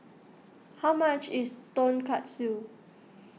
how much is Tonkatsu